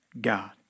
God